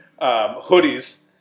hoodies